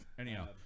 Anyhow